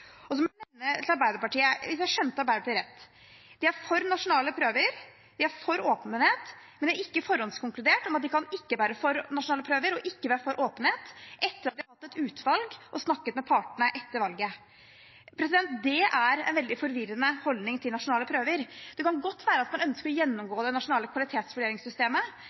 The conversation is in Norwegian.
Hvis jeg skjønte Arbeiderpartiet rett: De er for nasjonale prøver, de er for åpenhet, men de har ikke forhåndskonkludert med at de ikke kan være for nasjonale prøver og ikke være for åpenhet etter at de har fått et utvalg og snakket med partene etter valget. Det er en veldig forvirrende holdning til nasjonale prøver. Det kan godt være at man ønsker å gjennomgå det nasjonale kvalitetsvurderingssystemet.